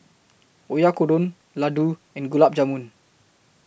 Oyakodon Ladoo and Gulab Jamun